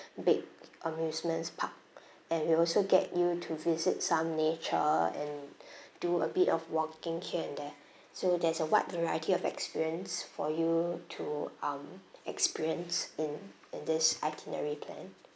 big amusements park and we also get you to visit some nature and do a bit of walking here and there so there's a wide variety of experience for you to um experience in in this itinerary plan